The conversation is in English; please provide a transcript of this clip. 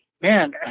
man